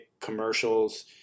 commercials